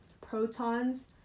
protons